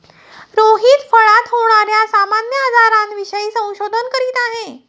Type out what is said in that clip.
रोहित फळात होणार्या सामान्य आजारांविषयी संशोधन करीत आहे